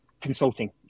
consulting